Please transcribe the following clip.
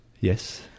Yes